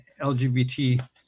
LGBT